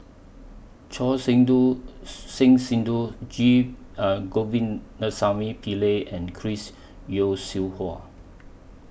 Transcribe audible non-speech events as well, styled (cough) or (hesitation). Choor Sidhu Singh Sidhu G (hesitation) Govindasamy Pillai and Chris Yeo Siew Hua